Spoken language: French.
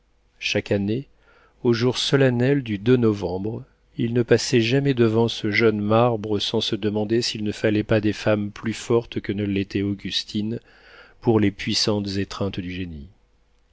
chaque année au jour solennel du novembre il ne passait jamais devant ce jeune marbre sans se demander s'il ne fallait pas des femmes plus fortes que ne l'était augustine pour les puissantes étreintes du génie